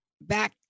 back